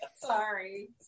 Sorry